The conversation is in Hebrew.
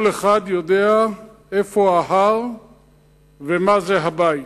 כל אחד יודע איפה ההר ומה זה הבית.